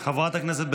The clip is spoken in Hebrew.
נגד אופיר כץ,